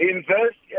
Invest